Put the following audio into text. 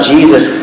Jesus